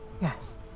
Yes